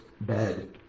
bed